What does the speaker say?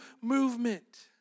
movement